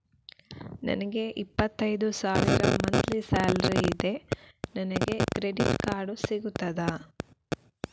ನನಗೆ ಇಪ್ಪತ್ತೈದು ಸಾವಿರ ಮಂತ್ಲಿ ಸಾಲರಿ ಇದೆ, ನನಗೆ ಕ್ರೆಡಿಟ್ ಕಾರ್ಡ್ ಸಿಗುತ್ತದಾ?